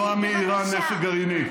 למנוע מאיראן נשק גרעיני.